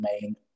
main